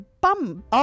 bum